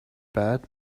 bet